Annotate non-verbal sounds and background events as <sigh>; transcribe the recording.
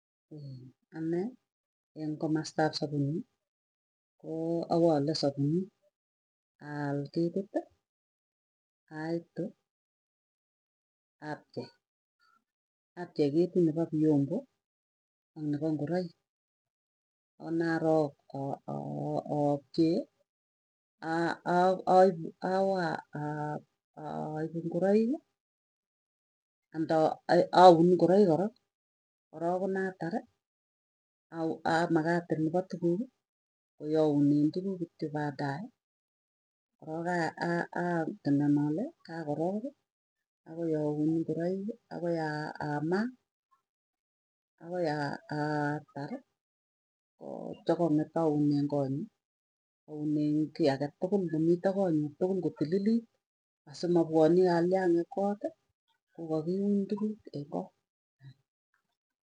<hesitation> anee komastap sapunii koo awaale sapunii alketit aitu apche apchei ketit nepo viombo, ak nepo ngoraik anarok aapchee <hesitation> awaa aipu ngoraiki anda aun ngoraik korok konatari au komakatil nepo tukuuki koyaunen tukuuk kityo baadae arok a tenden ale kakorooki akoiaun ingoroiki akoi amaa, akoi aah aah atari ko chekang'et aunen konyuu aunen kiiagetul nemito konyuu tuku kotililit asimapwanii kaliang'ik kooti kokakiun tuguuk eng koot.